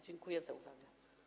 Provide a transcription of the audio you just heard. Dziękuję za uwagę.